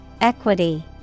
Equity